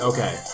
Okay